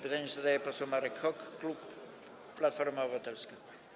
Pytanie zada poseł Marek Hok, klub Platforma Obywatelska.